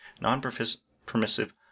non-permissive